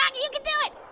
and you can do it.